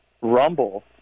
Rumble